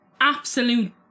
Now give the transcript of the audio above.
absolute